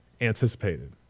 anticipated